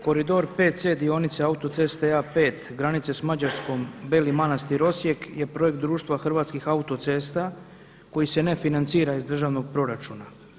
Koridor 5C dionice autoceste A5 granice sa Mađarskom, Beli Manastir, Osijek je projekt društva Hrvatskih autocesta koji se ne financira iz državnog proračuna.